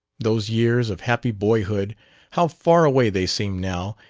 those years of happy boyhood how far away they seemed now,